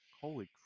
Holy